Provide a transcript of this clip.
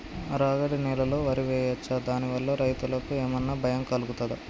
రాగడి నేలలో వరి వేయచ్చా దాని వల్ల రైతులకు ఏమన్నా భయం కలుగుతదా?